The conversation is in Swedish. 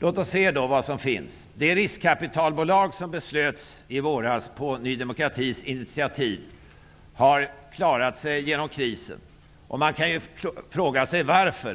Låt oss då se vad som finns! Det riskkapitalbolag som i våras beslöts på Ny demokratis initiativ har klarat sig genom krisen. Man kan fråga sig varför.